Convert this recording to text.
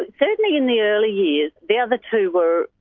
ah certainly in the early years. the other two were.